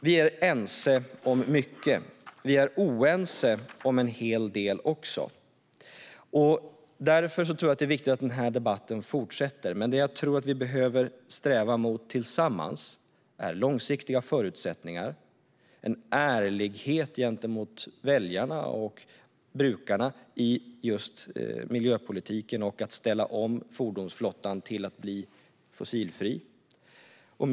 Vi är ense om mycket. Vi är oense om en hel del också. Därför tror jag att det är viktigt att denna debatt fortsätter. Det jag tror att vi behöver sträva mot tillsammans är långsiktiga förutsättningar och en ärlighet gentemot väljarna och brukarna i miljöpolitiken och omställningen till en fossilfri fordonsflotta.